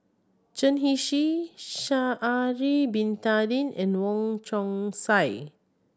Chen Sha'ari Bin Tadin and Wong Chong Sai